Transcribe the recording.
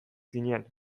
zinen